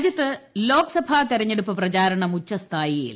രാജ്യത്ത് ലോക്സഭാ തെരഞ്ഞെടുപ്പ് പ്രചാരണം ഉച്ചസ്ഥായിയിൽ